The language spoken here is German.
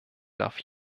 darf